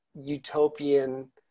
utopian